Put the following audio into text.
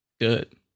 good